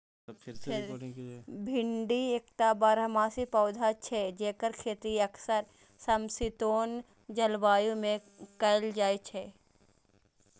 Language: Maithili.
भिंडी एकटा बारहमासी पौधा छियै, जेकर खेती अक्सर समशीतोष्ण जलवायु मे कैल जाइ छै